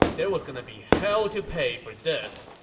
there was gonna be hell to pay for this.